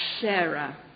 Sarah